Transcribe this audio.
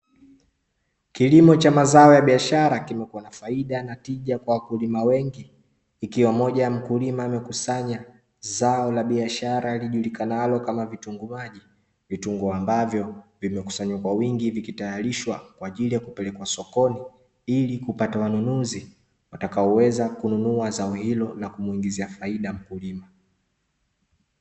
Kilimo cha mazao ya biashara kimekuwa na faida na tija kwa wakulima wengi ikiwa moja mkulima amekusanya zao la biashara lilijulikanalo kama vitunguu maji, vitungu ambavyo vimekusanywa kwa wingi hivi kitayarishwa kwa ajili ya kupelekwa sokoni, ili kupata wanunuzi watakaoweza kununua zao hilo na kumuingizia faida mkulima.